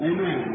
Amen